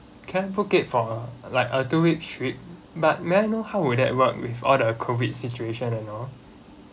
can book it for like a two week trip but may I know how would that work with all the COVID situation right know